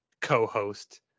co-host